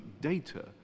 data